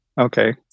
Okay